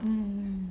mm